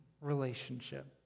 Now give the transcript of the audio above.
relationship